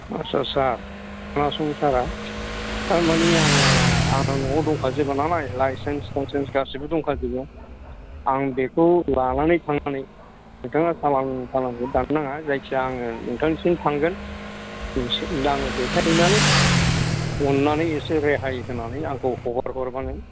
आच्चा सार खोनासंं सार आ तारमाने आङो आंना न'आव दंखाजोबो नालाय लाइसेन्स टाइसेन्स गासैबो दंखाजोबो आं बेखौ लानानै थांनानै नोंथाङा सालान खौ दाननो नाङा जायखिजाया आङो नोंथांनिसिम थांगोन नोंथांखौ देखायहैनानै अननानै एसे रेहाय होनानै आंखौ हगार हरबानो